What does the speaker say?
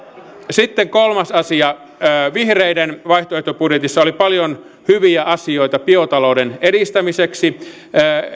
sitten kolmas asia vihreiden vaihtoehtobudjetissa oli paljon hyviä asioita biotalouden edistämiseksi